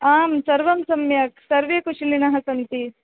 आं सर्वं सम्यक् सर्वे कुशलिनः सन्ति